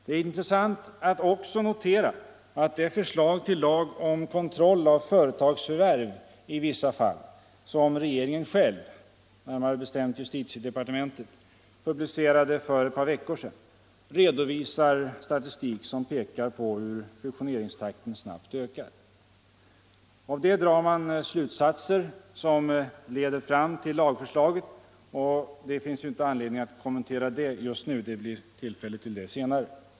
Det är också intressant att notera att det förslag till lag om kontroll av företagsförvärv i vissa fall som regeringen själv — närmare bestämt justitiedepartementet — publicerade för ett par veckor sedan redovisar statistik som pekar på att fusioneringstakten snabbt ökar. Av detta drar man de slutsatser som leder fram till lagförslaget. Det finns ingen anledning att kommentera den saken nu. Det blir säkert tillfälle till det senare.